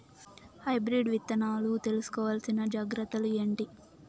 Hybrid విత్తనాలు తీసుకోవాల్సిన జాగ్రత్తలు ఏంటి?